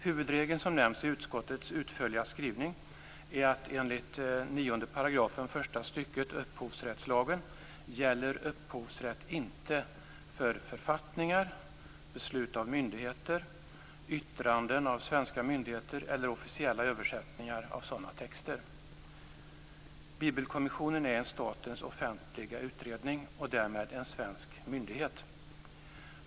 Huvudregeln som nämns i utskottets utförliga skrivning är att enligt 9 § 1 st upphovsrättslagen gäller upphovsrätt inte för författningar, beslut av myndigheter, yttranden av svenska myndigheter eller officiella översättningar av sådana texter. Bibelkommissionen är en statens offentlig utredning, och därmed en svensk myndighet.